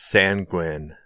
sanguine